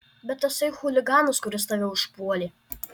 bet tasai chuliganas kuris tave užpuolė